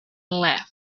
left